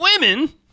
women